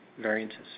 variances